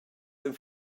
dem